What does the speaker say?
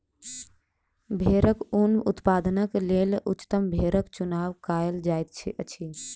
भेड़क ऊन उत्पादनक लेल उच्चतम भेड़क चुनाव कयल जाइत अछि